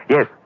Yes